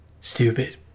stupid